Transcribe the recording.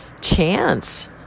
chance